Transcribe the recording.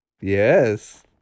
Yes